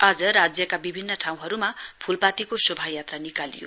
आज राज्यका विभिन्न ठाउँहरुमा फूलपातीको शोभयात्रा निकालियो